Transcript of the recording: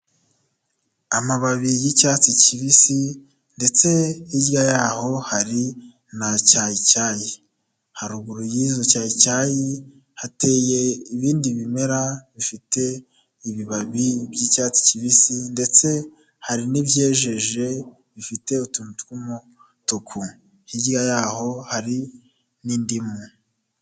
Amababi y'icyatsi kibisi, ndetse hirya y'aho hari na cyayicyayi. Haruguru y'izo cyayicyayi hateye ibindi bimera bifite ibibabi by'icyatsi kibisi, ndetse hari n'ibyejeje bifite utuntu tw'umutuku. Hirya y'aho hari n'indimu.